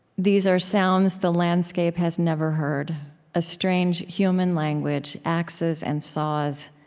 these are sounds the landscape has never heard a strange human language, axes and saws,